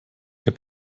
der